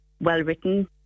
well-written